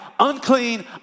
Unclean